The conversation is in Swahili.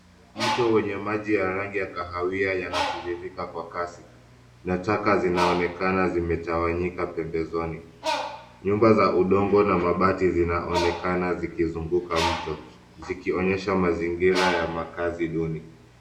Mto wenye maji ya rangi ya kahawia yanatiririka kwa kasi, na taka zinaonekana zimetawanyika, pembezoni. Nyumba za udongo na mabati zinaonekana zikizinguka mto, zikionyesha mazingira ya makazi duni.